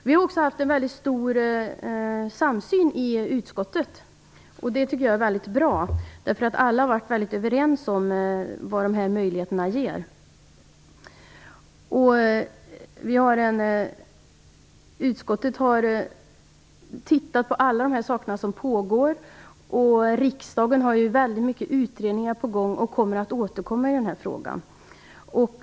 Vi har haft en mycket stor samsyn i utskottet, vilket är mycket bra. Alla har varit mycket överens om vad dessa möjligheter ger. Utskottet har tittat på allt som pågår, och riksdagen har många utredningar på gång och kommer att återkomma i den här frågan.